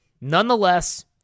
Nonetheless